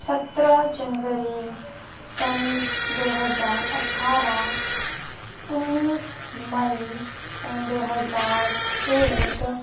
سترہ جنوری سن دو ہزار اٹھارہ انیس مئی سن دو ہزار ایک